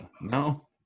no